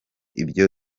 ibyo